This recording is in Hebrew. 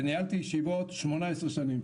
וניהלתי ישיבות 18 שנים,